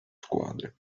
squadre